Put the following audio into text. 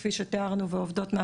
כפי שתיארנו,